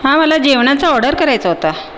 हां मला जेवणाचं ऑर्डर करायचा होता